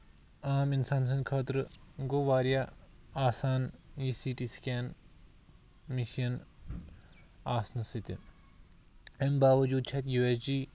عام اِنسان سٕندۍ خٲطرٕ گوٚو واریاہ آسان یہِ سی ٹی سِکین مِشیٖن آسنہٕ سۭتٮ۪ن اَمہِ باوجوٗد چھِ اَتھ یوٗایس جی